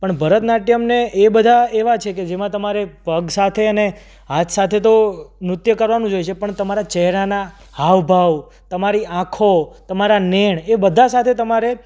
પણ ભરતનાટ્યમ ને એ બધા એવાં છે કે જેમાં તમારે પગ સાથે અને હાથ સાથે તો નૃત્ય કરવાનું જ હોય છે પણ તમારા ચહેરાના હાવ ભાવ તમારી આંખો તમારા નેણ એ બધા સાથે તમારે